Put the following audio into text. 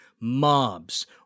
mobs